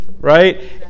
right